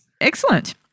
Excellent